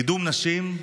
קידום נשים,